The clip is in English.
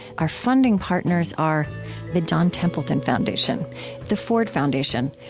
our funding partners are the john templeton foundation the ford foundation,